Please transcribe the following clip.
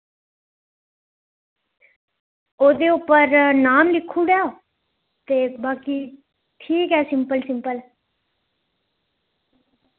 ओह्दे उप्पर नाम लिखुड़ेओ ते बाकी ठीक ऐ सिम्पल सिम्पल